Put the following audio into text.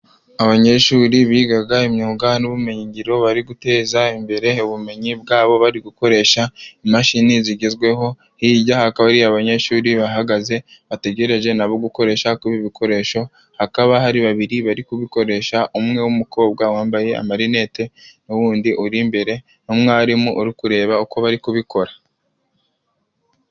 Abanyeshuri bigaga imyuga n'ubumenyingiro bari guteza imbere ubumenyi bwabo bari gukoresha imashini zigezweho ,hijya hakaba hari abanyeshuri bahagaze bategereje nabo gukoresha kuri ibi bikoresho, hakaba hari babiri bari kubikoresha umwe w'umukobwa wambaye amarinete n'uwundi uri imbere, n'umwarimu uri kureba uko bari kubikora.